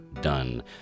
done